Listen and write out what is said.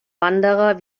wanderer